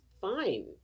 fine